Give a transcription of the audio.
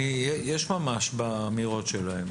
גלעד ונירית, יש ממש באמירות שלהם.